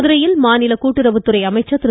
மதுரையில் மாநில கூட்டுறவுத்துறை அமைச்சர் திரு